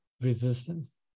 resistance